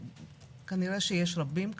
וכנראה שיש רבים כאלה,